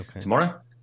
tomorrow